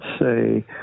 say